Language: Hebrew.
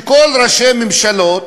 כל ראשי ממשלות